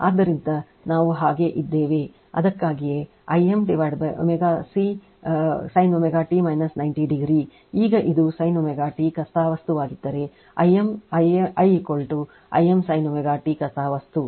ಆದ್ದರಿಂದ ನಾವು ಹಾಗೇ ಇದ್ದೇವೆ ಅದಕ್ಕಾಗಿಯೇ I m ω C sin ω t 90 degree ಈಗ ಇದು sin ω t ಕಥಾವಸ್ತುವಾಗಿದ್ದರೆ I m I I m sin ω t ಕಥಾವಸ್ತು